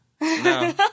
No